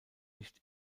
nicht